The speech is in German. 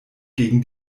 gegen